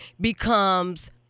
becomes